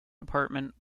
department